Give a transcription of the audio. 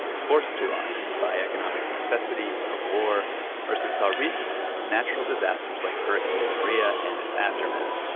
forced too often by economic necessity or war or, as we saw recently, natural disasters like hurricane maria and its aftermath.